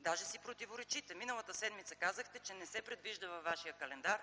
Даже си противоречите! Миналата седмица казахте, че във Вашия календар не се предвижда